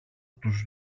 τους